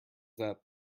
that